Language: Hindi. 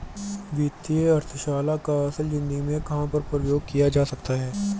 वित्तीय अर्थशास्त्र का असल ज़िंदगी में कहाँ पर प्रयोग किया जा सकता है?